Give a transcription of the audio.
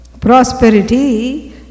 prosperity